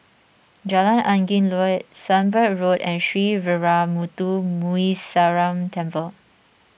Jalan Angin Laut Sunbird Road and Sree Veeramuthu Muneeswaran Temple